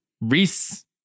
Reese